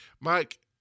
mike